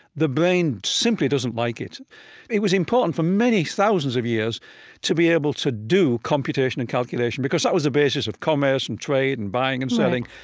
the brain simply doesn't like it it was important for many thousands of years to be able to do computation and calculation because that was the basis of commerce and trade and buying and selling.